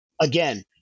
again